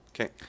Okay